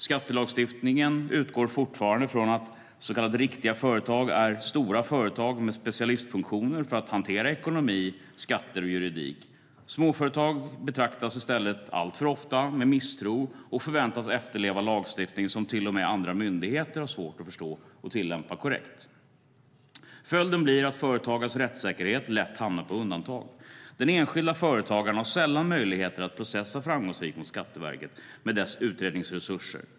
Skattelagstiftningen utgår fortfarande från att så kallade riktiga företag är stora företag med specialistfunktioner för att hantera ekonomi, skatter och juridik. Småföretag betraktas i stället alltför ofta med misstro och förväntas efterleva lagstiftning som till och med andra myndigheter har svårt att förstå och tillämpa korrekt. Följden blir att företagares rättssäkerhet lätt hamnar på undantag. Den enskilde företagaren har sällan möjligheter att processa framgångsrikt mot Skatteverket med dess utredningsresurser.